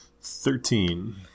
Thirteen